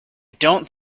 don’t